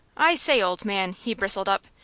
i say, old man, he bristled up,